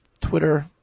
Twitter